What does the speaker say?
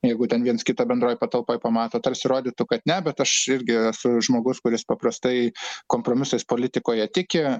jeigu ten viens kitą bendroj patalpoj pamato tarsi rodytų kad ne bet aš irgi esu žmogus kuris paprastai kompromisais politikoje tiki